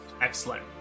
Excellent